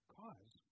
cause